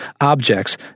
objects